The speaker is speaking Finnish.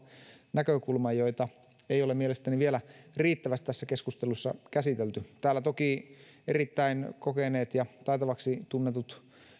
näkökulman joita ei ole mielestäni vielä riittävästi tässä keskustelussa käsitelty täällä toki erittäin kokeneet ja taitaviksi tunnetut